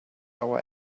our